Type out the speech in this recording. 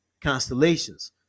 constellations